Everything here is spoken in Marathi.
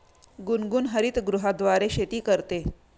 गुनगुन हरितगृहाद्वारे शेती करते